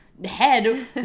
head